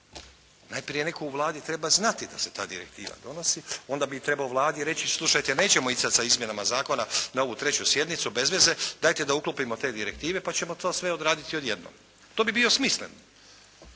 Najprije netko u Vladi treba znati da se ta direktiva donosi, onda bi trebalo Vladi reći, slušajte nećemo ići sada sa izmjenama zakona na ovu treću sjednicu, bez veze, dajte da uklopimo te direktive, pa ćemo to sve odraditi odjednom, to bi bio smislen